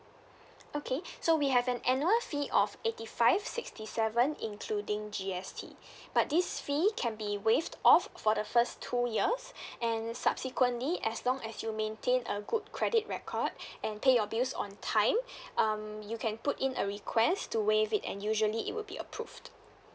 okay so we have an annual fee of eighty five sixty seven including G_S_T but this fee can be waived off for the first two years and subsequently as long as you maintain a good credit record and pay your bills on time um you can put in a request to waive it and usually it will be approved